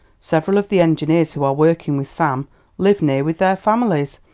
several of the engineers who are working with sam live near with their families,